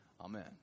Amen